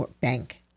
bank